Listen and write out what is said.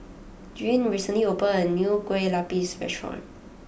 Gwyn recently opened a new Kue Lupis restaurant